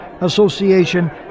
Association